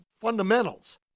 fundamentals